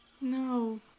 No